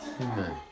amen